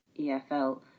EFL